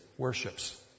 worships